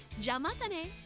Jamatane